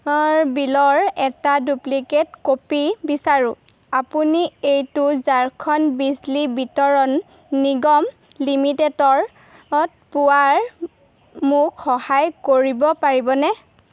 অৰ বিলৰ এটা duplicate copy বিচাৰোঁ আপুনি এইটো ঝাৰখণ্ড বিজলী বিতৰণ নিগম লিমিটেডৰ অত পোৱাৰ মোক সহায় কৰিব পাৰিবনে